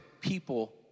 people